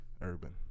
urban